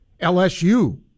LSU